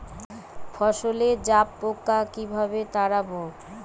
ফসলে জাবপোকা কিভাবে তাড়াব?